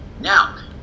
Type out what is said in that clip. Now